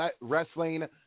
Wrestling